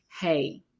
hey